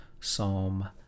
Psalm